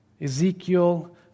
Ezekiel